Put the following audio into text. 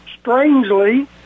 Strangely